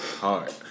Hard